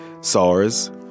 sars